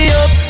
up